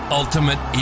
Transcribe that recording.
ultimate